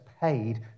paid